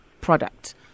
product